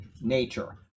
nature